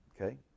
Okay